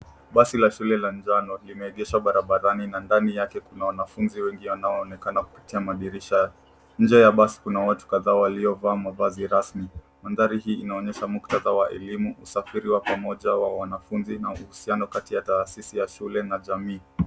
Basi la shule la njano limeegeshwa barabarani na ndani yake kuna wanafunzi wnegi wanaoonekana kupitia madirisha, nje ya basi kuna watu kadhaa waliovaa mavazi rasmi. Mandhari hii inaonyesha muktadha wa elimu, usafiri wa pamoja wa wanafunzi na uiyano kati ya taasisi ya shule na jamii.